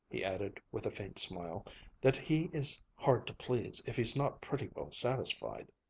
he added with a faint smile that he is hard to please if he's not pretty well satisfied.